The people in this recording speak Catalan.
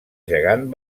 gegant